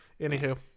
Anywho